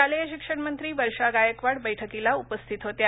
शालेय शिक्षण मंत्री मंत्री वर्षा गायकवाड बैठकीला उपस्थित होत्या